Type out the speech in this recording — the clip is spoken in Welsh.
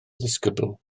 disgybl